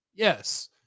Yes